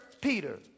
Peter